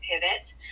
Pivot